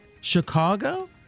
Chicago